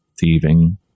thieving